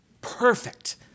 Perfect